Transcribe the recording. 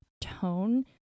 tone